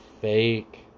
fake